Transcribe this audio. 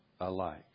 alike